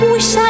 Wish